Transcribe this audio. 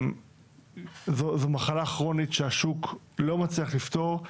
זו מחלה כרונית שהשוק לא מצליח לפתור,